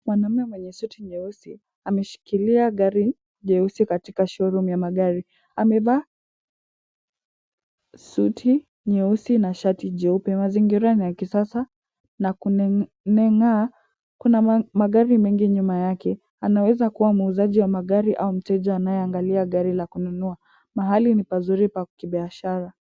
Mwanamume mwenye suti nyeusi, ameshikilia gari jeusi katika showroom ya magari. Amevaa suti nyeusi na shati jeupe. Mazingira ni ya kisasa na kumeng'aa, kuna magari mengi nyuma yake. Anaweza kuwa muuzaji wa magari au mteja anayeangalia gari la kununua. Mahali ni pazuri pa kibiashara.